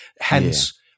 hence